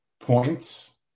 points